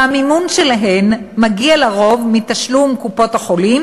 והמימון שלהן מגיע לרוב מתשלום קופות-החולים